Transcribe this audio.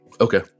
okay